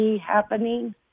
happening